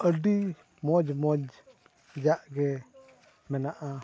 ᱟᱹᱰᱤ ᱢᱚᱡᱽ ᱢᱚᱡᱽ ᱨᱮᱭᱟᱜ ᱜᱮ ᱢᱮᱱᱟᱜᱼᱟ